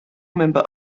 member